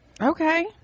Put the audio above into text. Okay